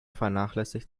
vernachlässigt